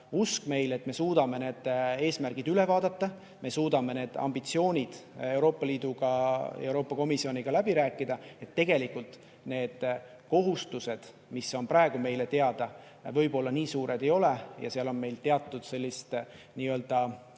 usk, et me suudame need eesmärgid üle vaadata ja me suudame need ambitsioonid Euroopa Komisjoniga läbi rääkida. Nii et tegelikult need kohustused, mis on praegu meile teada, võib-olla nii suured ei ole ja seal on meil teatud sellist puhvrit,